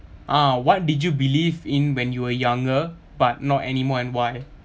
ah what did you believe in when you were younger but not anymore and why